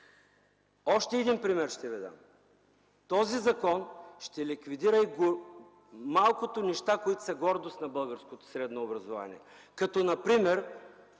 Още един пример ще Ви дам – този закон ще ликвидира и малкото неща, които са гордост на българското средно образование, като например